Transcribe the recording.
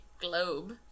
globe